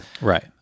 Right